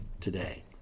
today